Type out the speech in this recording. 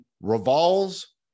revolves